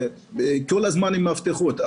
ואנשים כל הזמן נמצאים עם מפתחות.